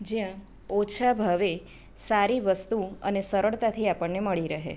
જ્યાં ઓછા ભાવે સારી વસ્તુ અને સરળતાથી આપણને મળી રહે